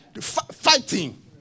Fighting